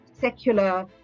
secular